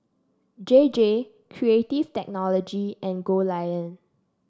J J Creative Technology and Goldlion